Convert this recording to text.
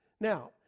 Now